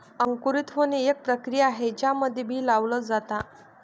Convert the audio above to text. अंकुरित होणे, एक प्रक्रिया आहे ज्यामध्ये बी लावल जाता